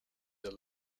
the